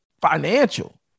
financial